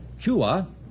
Chua